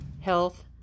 health